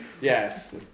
yes